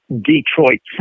Detroit